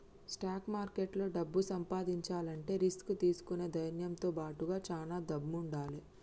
stock మార్కెట్లో డబ్బు సంపాదించాలంటే రిస్క్ తీసుకునే ధైర్నంతో బాటుగా చానా దమ్ముండాలే